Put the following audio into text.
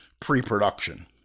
pre-production